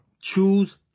choose